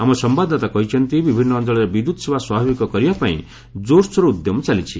ଆମ ସମ୍ବାଦଦାତା କହିଛନ୍ତି ବିଭିନ୍ନ ଅଞ୍ଚଳରେ ବିଦ୍ୟୁତ୍ସେବା ସ୍ୱାଭାବିକ କରିବାପାଇଁ ଜୋର୍ସୋର୍ ଉଦ୍ୟମ ଚାଲିଛି